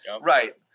right